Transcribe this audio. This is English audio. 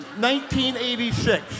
1986